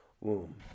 womb